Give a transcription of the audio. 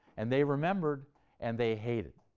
and they remembered and they hated.